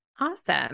Awesome